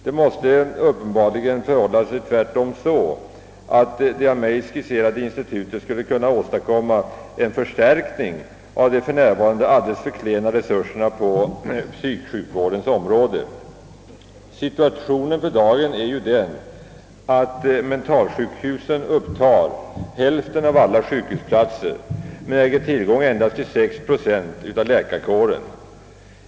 Det måste uppenbarligen tvärtom förhålla sig så, att det av mig skisserade institutet skulle kunna åstadkomma en förstärkning av de för närvarande alldeles för klena resurserna på den psykiska sjukvårdens område. Situationen för dagen är ju den att mentalsjukhusen upptar hälften av alla sjukhusplatser men bara har tillgång till 6 procent av läkarkåren.